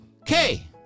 Okay